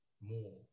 more